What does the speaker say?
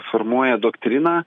formuoja doktriną